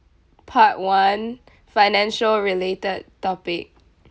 part one financial related topic